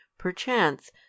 PERCHANCE